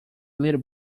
little